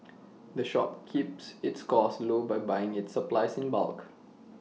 the shop keeps its costs low by buying its supplies in bulk